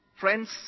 Friends